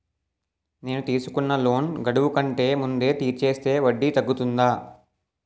నేను తీసుకున్న లోన్ గడువు కంటే ముందే తీర్చేస్తే వడ్డీ తగ్గుతుందా?